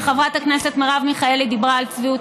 וחברת הכנסת מרב מיכאלי דיברה על צביעות,